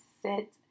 sit